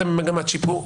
אתם במגמת שיפור,